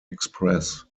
express